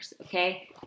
okay